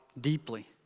deeply